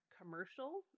commercial